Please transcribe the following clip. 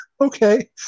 okay